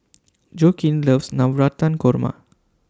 Joaquin loves Navratan Korma